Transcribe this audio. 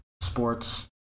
sports